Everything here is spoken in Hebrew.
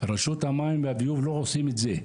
רשות המים והביוב לא עושות את זה.